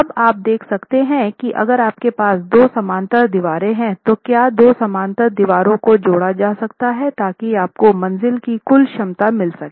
अब आप देख सकते हैं की अगर आपके पास दो समानांतर दीवारें हैं तो क्या दो समानांतर दीवारों को जोड़ा जा सकता है ताकि आपको मंज़िल की कुल क्षमता मिल सके